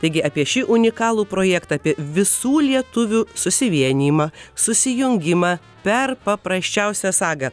taigi apie šį unikalų projektą apie visų lietuvių susivienijimą susijungimą per paprasčiausią sagą